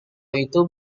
itu